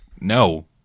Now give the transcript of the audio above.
No